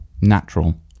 natural